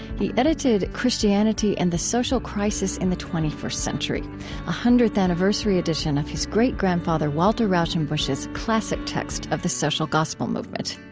he edited christianity and the social crisis in the twenty first century a hundredth anniversary edition of his great-grandfather walter rauschenbusch's classic text of the social gospel movement.